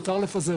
מותר לפזר,